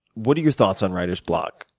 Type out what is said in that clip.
what are your thoughts on writer's block,